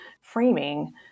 framing